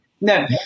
No